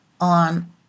on